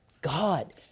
God